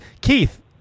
Keith